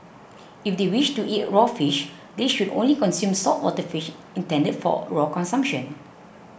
if they wish to eat raw fish they should only consume saltwater fish intended for raw consumption